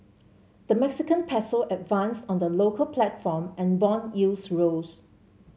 the Mexican peso advanced on the local platform and bond yields rose